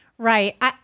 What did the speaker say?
Right